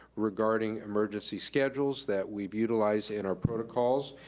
regarding emergency schedules that we've utilized in our protocols.